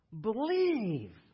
Believe